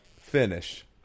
Finish